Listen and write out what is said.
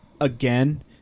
again